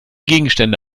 gegenstände